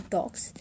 Talks